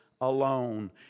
alone